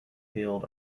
field